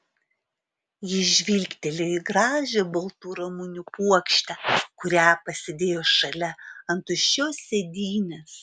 jis žvilgtelėjo į gražią baltų ramunių puokštę kurią pasidėjo šalia ant tuščios sėdynės